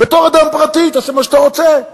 בתור אדם פרטי תעשה מה שאתה רוצה.